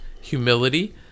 humility